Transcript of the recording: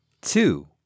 Two